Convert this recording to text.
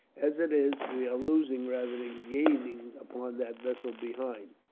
as it is, we are losing rather than gaining upon that vessel behind.